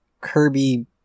Kirby